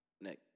Nick